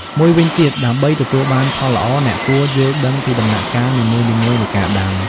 មួយវិញទៀត ដើម្បីទទួលបានផលល្អ អ្នកគួរយល់ដឹងពីដំណាក់កាលនីមួយៗនៃការដាំ។